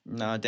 no